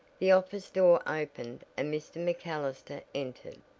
the office door opened and mr. macallister entered.